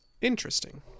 Interesting